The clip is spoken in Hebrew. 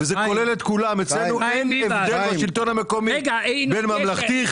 אצלנו בשלטון המקומי אין הבדל בין ממלכתי,